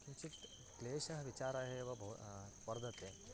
किञ्चित् क्लेशः विचारः एव भव् वर्धते